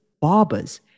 barbers